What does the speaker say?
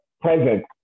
present